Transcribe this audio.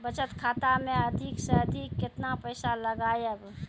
बचत खाता मे अधिक से अधिक केतना पैसा लगाय ब?